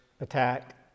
attack